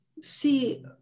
see